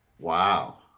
Wow